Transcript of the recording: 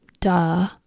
duh